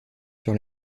sur